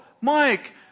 Mike